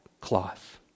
cloth